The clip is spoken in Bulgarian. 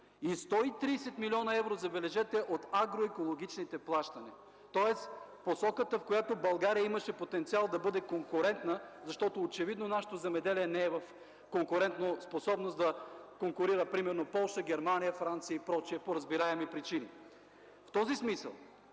и 130 милиона евро, забележете, от агроекологичните плащания. Тоест посоката, в която България имаше потенциал да бъда конкурентна, защото очевидно нашето земеделие не е в конкурентоспособност да конкурира примерно Полша, Германия, Франция и прочие по разбираеми причини. В този смисъл